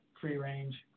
free-range